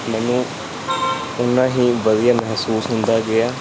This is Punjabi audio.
ਮੈਨੂੰ ਓਨਾ ਹੀ ਵਧੀਆ ਮਹਿਸੂਸ ਹੁੰਦਾ ਗਿਆ